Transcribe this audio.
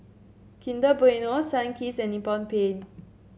Kinder Bueno Sunkist and Nippon Paint